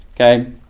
Okay